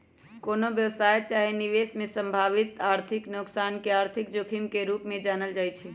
कोनो व्यवसाय चाहे निवेश में संभावित आर्थिक नोकसान के आर्थिक जोखिम के रूप में जानल जाइ छइ